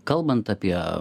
kalbant apie